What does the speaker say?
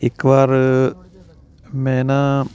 ਇੱਕ ਵਾਰ ਮੈਂ ਨਾ